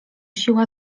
siła